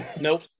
Nope